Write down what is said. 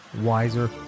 wiser